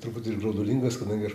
turbūt ir graudulingas kadangi aš